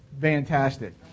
fantastic